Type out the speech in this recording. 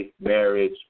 marriage